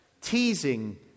teasing